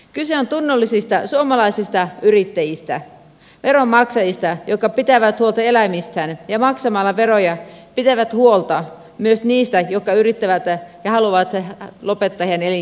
kyse on tunnollisista suomalaisista yrittäjistä veronmaksajista jotka pitävät huolta eläimistään ja maksamalla veroja pitävät huolta myös niistä jotka yrittävät ja haluavat lopettaa heidän elinkeinon harjoittamisensa